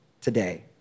today